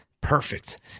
perfect